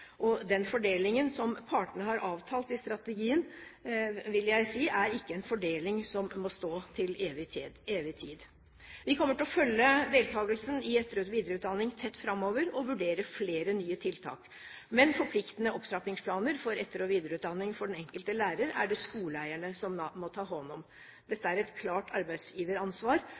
Den fordelingen som partene har avtalt i strategien, vil jeg si er ikke en fordeling som må stå til evig tid. Vi kommer til å følge deltakelsen i etter- og videreutdanning tett framover og vurdere flere nye tiltak. Men forpliktende opptrappingsplaner for etter- og videreutdanning for den enkelte lærer er det skoleeierne som må ta hånd om. Dette er et klart arbeidsgiveransvar,